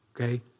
okay